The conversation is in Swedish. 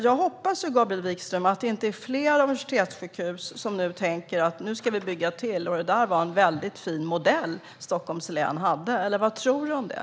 Jag hoppas, Gabriel Wikström, att det inte är fler universitetssjukhus som nu tänker: Nu ska vi bygga till, och det var en väldigt fin modell som Stockholms län hade. Vad tror du om det?